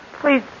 please